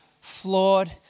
flawed